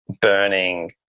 burning